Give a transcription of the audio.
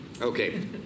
Okay